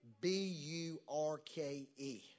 B-U-R-K-E